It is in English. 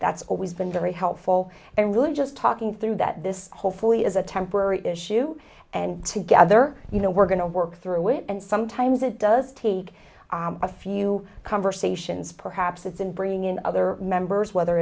that's always been very helpful and really just talk through that this hopefully is a temporary issue and together you know we're going to work through it and sometimes it does take a few conversations perhaps in bringing in other members whether